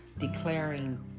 declaring